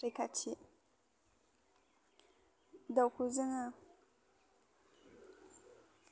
रैखाथि दाउखौ जोङो